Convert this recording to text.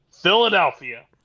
Philadelphia